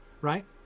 Right